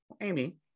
amy